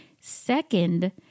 Second